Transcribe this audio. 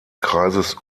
kreises